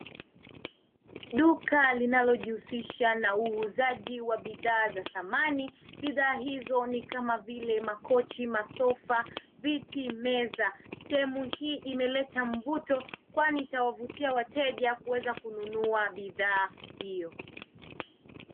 duka linalojihusisha na uuzaji wa vifaa vya samani bidhaa hizo ni kama vile: makochi, masofa, viti, meza. Sehemu hii imeleta mvuto kwani itawavutia wateja kuweza kununua bidhaa hiyo.